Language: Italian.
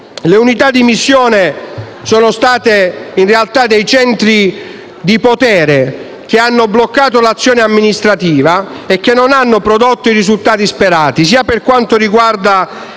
le unità di missione sono state in realtà dei centri di potere che hanno bloccato l'azione amministrativa e non hanno prodotto i risultati sperati, per quanto riguarda